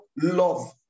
love